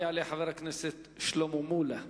אחריו יעלה חבר הכנסת שלמה מולה.